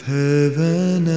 heaven